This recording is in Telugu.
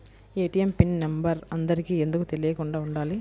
ఏ.టీ.ఎం పిన్ నెంబర్ అందరికి ఎందుకు తెలియకుండా ఉండాలి?